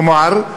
כלומר,